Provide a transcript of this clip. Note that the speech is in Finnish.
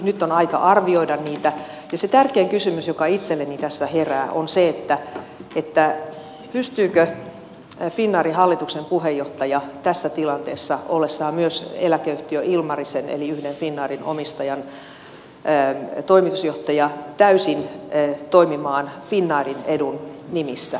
nyt on aika arvioida niitä ja se tärkein kysymys joka itselleni tässä herää on se pystyykö finnairin hallituksen puheenjohtaja tässä tilanteessa ollessaan myös eläkeyhtiö ilmarisen eli yhden finnairin omistajan toimitusjohtaja täysin toimimaan finnairin edun nimissä